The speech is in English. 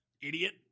Idiot